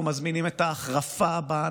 אנחנו מזמינים את ההחרפה הבאה,